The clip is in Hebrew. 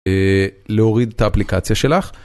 להוריד את האפליקציה שלך.